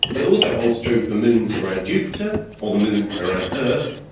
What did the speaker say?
but it also holds true for moons around jupiter or the moon around earth,